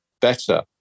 better